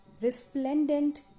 resplendent